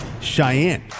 Cheyenne